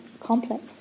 complex